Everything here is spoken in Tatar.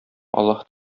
аллаһы